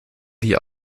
wir